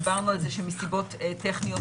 דיברנו על זה מסיבות טכניות,